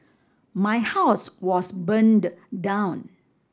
my house was burned down